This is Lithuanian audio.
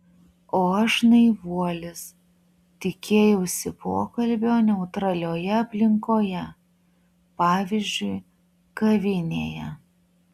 o aš naivuolis tikėjausi pokalbio neutralioje aplinkoje pavyzdžiui kavinėje